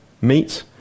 meat